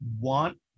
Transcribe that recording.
want